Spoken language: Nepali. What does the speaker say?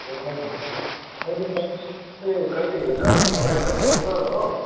एकदम कहिले हिँड्छस् मलाई यसो फोन गर हो